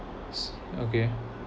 so okay